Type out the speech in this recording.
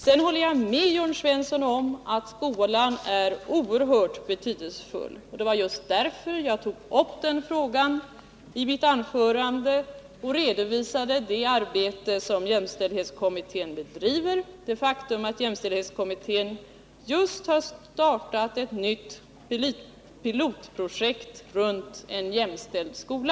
Jag håller med Jörn Svensson om att skolan är oerhört betydelsefull. Det var just därför jag tog upp den frågan i mitt anförande och redovisade det arbete som jämställdhetskommittén bedriver och det faktum att jämställdhetskommittén just har startat ett nytt pilotprojekt kring en jämställd skola.